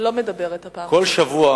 כל שבוע